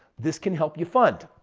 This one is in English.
this can help you fund.